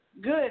Good